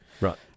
Right